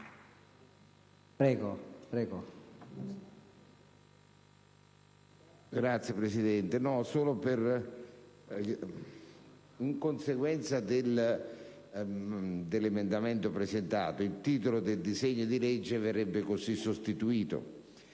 Signor Presidente, in conseguenza dell'emendamento 1.1000 presentato, il titolo del disegno di legge viene così sostituito: